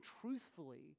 truthfully